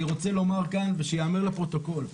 אני רוצה לומר כאן ושייאמר לפרוטוקול.